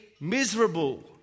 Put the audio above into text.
miserable